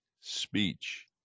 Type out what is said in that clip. speech